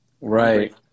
Right